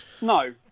no